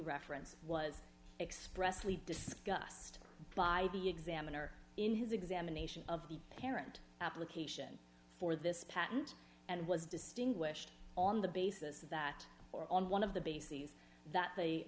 reference was expressly discussed by the examiner in his examination of the parent application for this patent and was distinguished on the basis that or on one of the bases that they